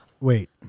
Wait